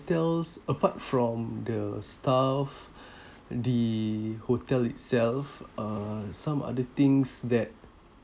hotels apart from the staff the hotel itself uh some other things that